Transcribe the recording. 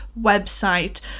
website